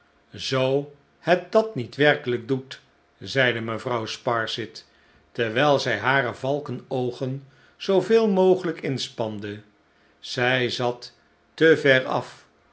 zoo het dat niet werkelijk doet zeide mevrouw sparsit terwijl zij hare valkenoogen zooveel mogelijk inspande zij zat te ver af